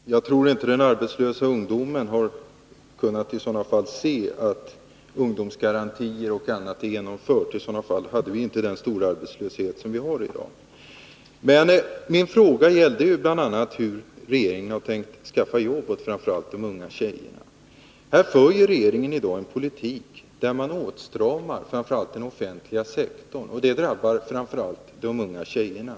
Herr talman! Jag tror inte den arbetslösa ungdomen har kunnat se att ungdomsgarantier och annat genomförts. I så fall hade vi inte haft den arbetslöshet vi har i dag. Min fråga gällde bl.a. hur regeringen tänkt skaffa jobb, framför allt till ungatjejer. Regeringen för i dag en politik som går ut på att åtstrama framför allt den offentliga sektorn. Detta drabbar just de unga kvinnorna.